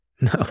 No